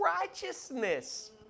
righteousness